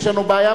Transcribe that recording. יש לנו בעיה,